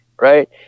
right